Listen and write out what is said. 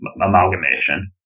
amalgamation